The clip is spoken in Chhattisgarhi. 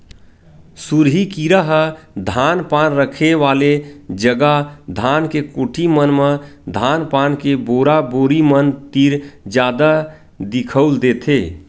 सुरही कीरा ह धान पान रखे वाले जगा धान के कोठी मन म धान पान के बोरा बोरी मन तीर जादा दिखउल देथे